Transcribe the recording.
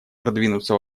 продвинуться